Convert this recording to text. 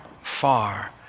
far